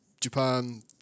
Japan